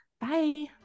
Bye